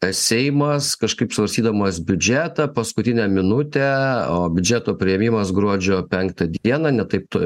seimas kažkaip svarstydamas biudžetą paskutinę minutę o biudžeto priėmimas gruodžio penktą dieną ne taip to